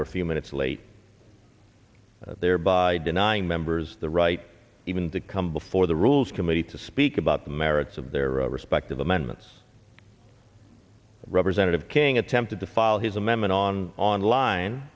were few minutes late thereby denying members the right even to come before the rules committee to speak about the merits of their respective amendments representative king attempted to file his amendment on online